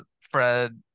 Fred